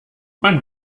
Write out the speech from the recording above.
man